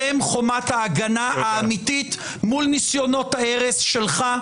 אתם חומת ההגנה האמיתית מול ניסיונות ההרס שלך,